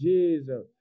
Jesus